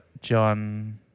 John